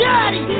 Daddy